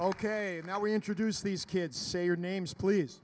ok now we introduce these kids say your names please